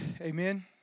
Amen